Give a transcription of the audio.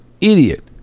idiot